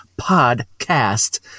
podcast